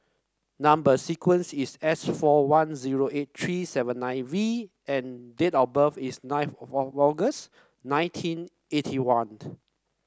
number sequence is S four one zero eight three seven nine V and date of birth is nine August nineteen eighty one